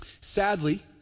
Sadly